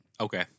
Okay